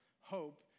hope